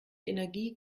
energie